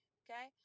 okay